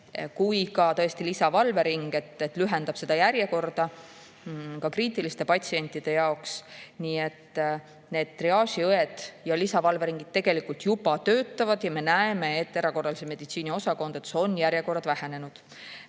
ja lisavalvering lühendab järjekorda ka kriitiliste patsientide jaoks. Need triaažiõed ja lisavalveringid tegelikult juba töötavad ja me näeme, et erakorralise meditsiini osakondades on järjekorrad vähenenud.